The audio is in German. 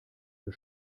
für